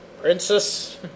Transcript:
Princess